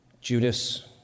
Judas